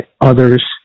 others